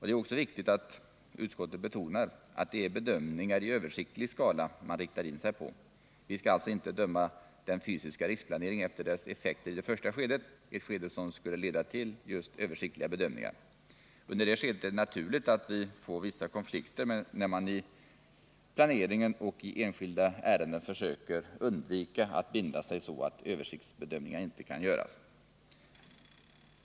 Det är också viktigt att utskottet betonar att det är bedömningar i översiktlig skala man riktar in sig på. Vi skall alltså inte döma den fysiska riksplaneringen efter dess effekter i det första skedet — ett skede som skulle leda till just översiktliga bedömningar. Under det skedet är det naturligt att vi får vissa konflikter, när man i planeringen och i enskilda ärenden försöker undvika att binda sig så att översiktsbedömningarna inte kan göras.